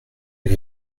est